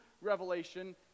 Revelation